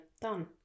Done